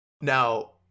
Now